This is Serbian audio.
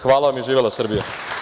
Hvala vam i živela Srbija.